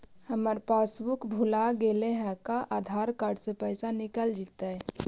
हमर पासबुक भुला गेले हे का आधार कार्ड से पैसा निकल जितै?